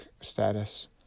status